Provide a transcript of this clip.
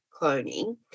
cloning